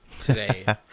today